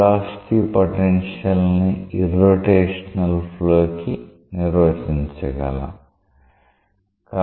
velocity potential ని irrotational flow కి నిర్వచించగలం